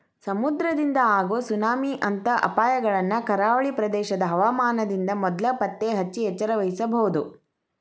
ಸಮುದ್ರದಿಂದ ಆಗೋ ಸುನಾಮಿ ಅಂತ ಅಪಾಯಗಳನ್ನ ಕರಾವಳಿ ಪ್ರದೇಶದ ಹವಾಮಾನದಿಂದ ಮೊದ್ಲ ಪತ್ತೆಹಚ್ಚಿ ಎಚ್ಚರವಹಿಸಬೊದು